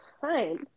fine